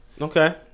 Okay